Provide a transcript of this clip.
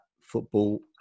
football